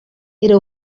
era